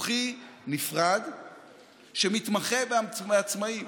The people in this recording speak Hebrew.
ביטוחי נפרד שמתמחה בעצמאים.